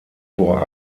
vor